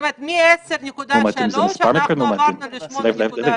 מ-10.3% ירדנו ל-8.1%.